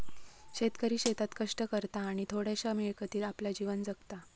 शेतकरी शेतात कष्ट करता आणि थोड्याशा मिळकतीत आपला जीवन जगता